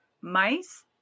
mice